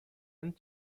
and